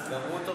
גם הוא,